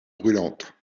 brûlantes